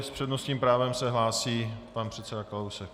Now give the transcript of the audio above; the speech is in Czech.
S přednostním právem se hlásí pan předseda Kalousek.